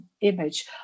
image